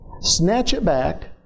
snatch-it-back